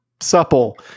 supple